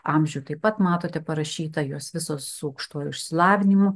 amžių taip pat matote parašyta juos visos su aukštuoju išsilavinimu